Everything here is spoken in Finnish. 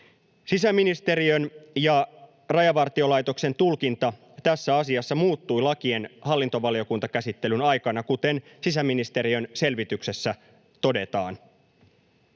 Sisäministeriön ja Rajavartiolaitoksen tulkinta tässä asiassa muuttui lakien hallintovaliokuntakäsittelyn aikana, kuten sisäministeriön selvityksessä todetaan